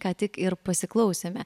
ką tik ir pasiklausėme